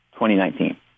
2019